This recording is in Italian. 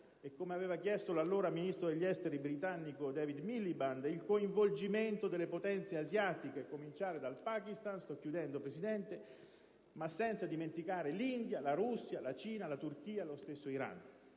come aveva chiesto l'allora ministro degli esteri britannico David Miliband - con il coinvolgimento delle potenze asiatiche, a cominciare dal Pakistan, ma senza dimenticare l'India, la Russia, la Cina, la Turchia e lo stesso Iran.